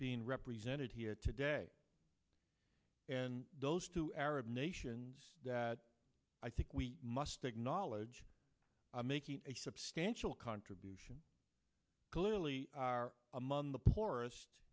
being represented here today and those two arab nations that i think we must acknowledge making a substantial contribution clearly are among the poorest